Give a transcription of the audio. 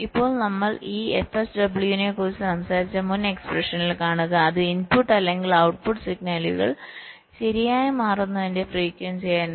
ഇപ്പോൾ നമ്മൾ ഈ fSW നെ കുറിച്ച് സംസാരിച്ച മുൻ എക്സ്പ്രഷനിൽ കാണുക അത് ഇൻപുട്ട് അല്ലെങ്കിൽ ഔട്ട്പുട്ട് സിഗ്നലുകൾ ശരിയായി മാറുന്നതിന്റെ ഫ്രിക്വൻസിയായിരുന്നു